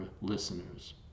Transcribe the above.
listeners